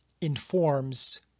informs